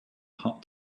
hot